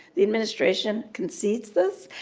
the administration concedes this.